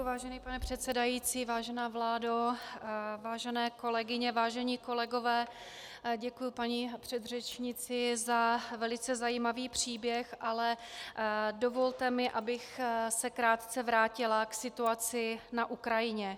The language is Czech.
Vážený pane předsedající, vážená vládo, vážené kolegyně, vážení kolegové, děkuji paní předřečnici za velice zajímavý příběh, ale dovolte mi, abych se krátce vrátila k situaci na Ukrajině.